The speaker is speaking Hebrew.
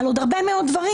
על עוד הרבה מאוד ברים.